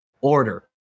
order